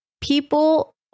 People